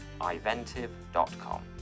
iventive.com